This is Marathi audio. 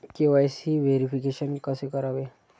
के.वाय.सी व्हेरिफिकेशन कसे करावे?